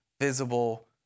visible